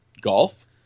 golf